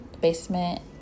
Basement